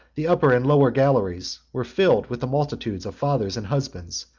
the upper and lower galleries, were filled with the multitudes of fathers and husbands,